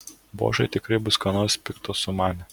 bošai tikrai bus ką nors pikto sumanę